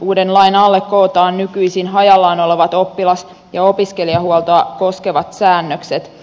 uuden lain alle kootaan nykyisin hajallaan olevat oppilas ja opiskelijahuoltoa koskevat säännökset